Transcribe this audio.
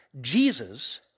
Jesus